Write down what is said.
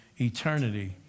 eternity